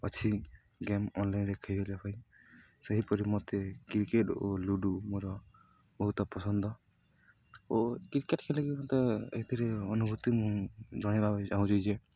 ଅଛି ଗେମ୍ ଅନ୍ଲାଇନ୍ରେ ଖେଳିବା ପାଇଁ ସେହିପରି ମୋତେ କ୍ରିକେଟ ଓ ଲୁଡ଼ୁ ମୋର ବହୁତ ପସନ୍ଦ ଓ କ୍ରିକେଟ ଖେଳିକି ମୋତେ ଏଇଥିରେ ଅନୁଭୂତି ମୁଁ ଜଣାଇବାକୁ ଚାହୁଁଛି ଯେ